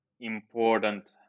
important